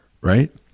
right